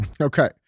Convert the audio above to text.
Okay